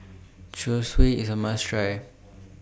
Zosui IS A must Try